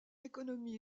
économie